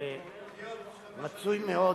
רצוי מאוד